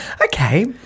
okay